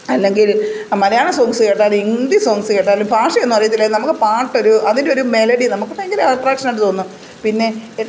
അല്ലെങ്കിൽ മലയാളം സോങ്ങ്സ് കേട്ടാലും ഹിന്ദി സോങ്ങ്സ് കേട്ടാലും ഭാഷയൊന്നും അറിയില്ലെങ്കിലും നമുക്ക് പാട്ടൊരു അതിൻറെ ഒരു മെലഡി നമുക്ക് ഭയങ്കര അട്ട്രാക്ഷൻ ആയിട്ട് തോന്നും പിന്നെ